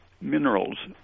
minerals